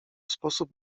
sposób